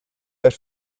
per